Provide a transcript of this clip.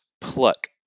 pluck